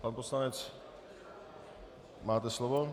Pan poslanec, máte slovo.